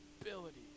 abilities